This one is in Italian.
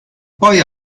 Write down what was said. poi